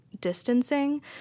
distancing